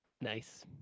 nice